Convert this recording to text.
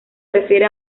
refiere